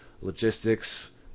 logistics